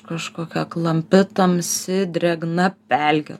kažkokia klampi tamsi drėgna pelkė